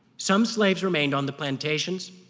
some slaves remained on the plantations,